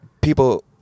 people